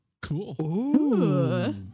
Cool